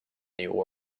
new